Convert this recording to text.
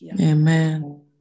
Amen